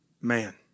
man